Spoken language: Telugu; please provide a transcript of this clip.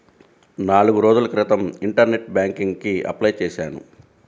నాల్గు రోజుల క్రితం ఇంటర్నెట్ బ్యేంకింగ్ కి అప్లై చేశాను